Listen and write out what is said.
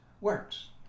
works